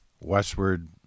westward